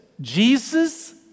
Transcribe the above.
Jesus